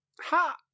Ha